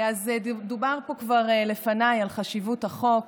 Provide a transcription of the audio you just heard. דובר פה כבר לפניי על חשיבות החוק